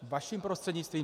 Vaším prostřednictvím.